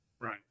Right